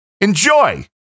Enjoy